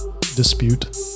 dispute